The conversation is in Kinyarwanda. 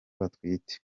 batwite